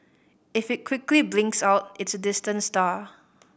if it quickly blinks out it's a distant star